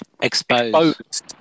Exposed